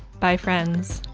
bye friends!